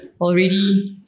Already